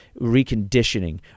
reconditioning